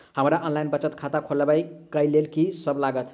हमरा ऑनलाइन बचत खाता खोलाबै केँ लेल की सब लागत?